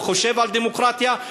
או חושב על דמוקרטיה,